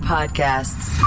Podcasts